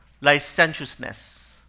licentiousness